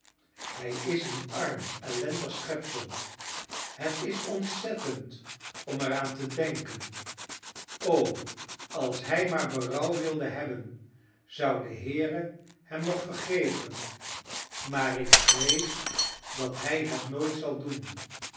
hij is een arm ellendig schepsel het is ontzettend om er aan te denken o als hij maar berouw wilde hebben zou de heere hem nog vergeven maar ik vrees dat hij het nooit zal doen